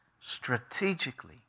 strategically